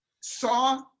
saw